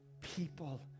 people